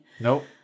Nope